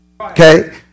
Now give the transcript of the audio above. Okay